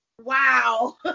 wow